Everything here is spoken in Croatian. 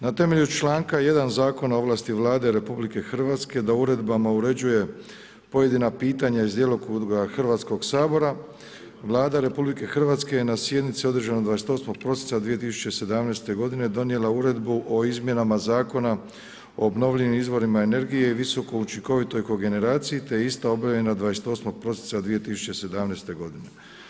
Na temelju čl. 1. Zakona o ovlasti Vlade RH da uredbama uređuje pojedina pitanja iz djelokruga Hrvatskog sabora, Vlada RH je na sjednici održanoj 28. prosinca 2017. godine donijela Uredbu o izmjenama Zakona o obnovljivim izvorima energije i visokoučinkovitoj kogeneraciji, te je ista objavljena 28. prosinca 2017. godine.